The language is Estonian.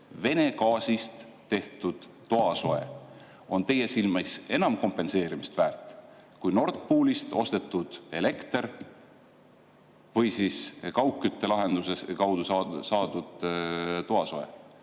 Vene gaasist tehtud toasoe on teie silmis enam kompenseerimist väärt kui Nord Poolist ostetud elekter või kaugküttelahenduse kaudu saadud toasoe.